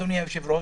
אדוני היושב-ראש,